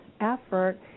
effort